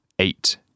Eight